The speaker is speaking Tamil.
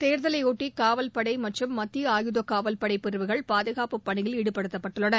தேர்தலையொட்டி காவல்படை மற்றம் மத்திய ஆயுத காவல்படை பிரிவுகள் பாதுகாப்பு பணியில் ஈடுபட்டுத்தப்பட்டுள்ளன